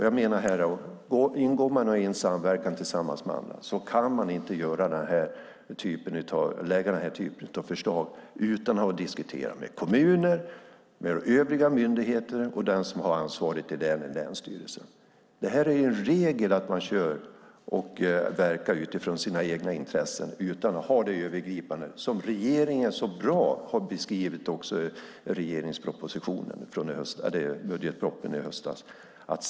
Jag menar att man om man är i samverkan med andra inte kan lägga fram denna typ av förslag utan att diskutera med kommuner och övriga myndigheter, och den som har ansvaret är därmed länsstyrelsen. Det är en regel att man kör och verkar utifrån sina egna intressen utan att ha det övergripande som regeringen så bra har beskrivit i budgetpropositionen från i höstas.